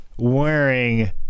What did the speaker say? Wearing